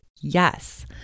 yes